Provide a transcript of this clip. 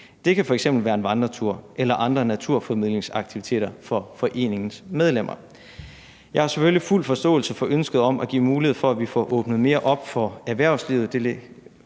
Det kan f.eks. være en vandretur eller andre naturformidlingsaktiviteter for foreningens medlemmer. Jeg har selvfølgelig fuld forståelse for ønsket om at give mulighed for, at vi får åbnet mere op for erhvervslivet.